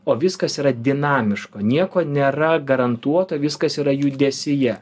o viskas yra dinamiško nieko nėra garantuoto viskas yra judesyje